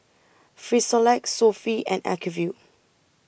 Frisolac Sofy and Acuvue